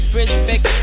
respect